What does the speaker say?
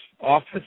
office